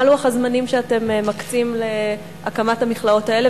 מה לוח הזמנים שאתם מקצים להקמת המכלאות האלה?